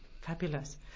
Fabulous